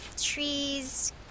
Trees